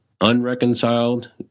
unreconciled